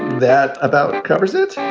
that about covers it,